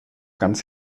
ganz